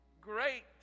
great